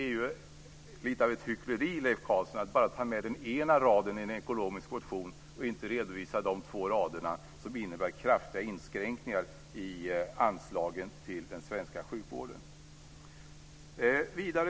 Det är något av ett hyckleri, Leif Carlson, att bara ta med en rad i en ekonomisk motion och inte redovisa de två rader som innebär kraftiga inskränkningar i anslagen till den svenska sjukvården.